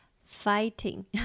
fighting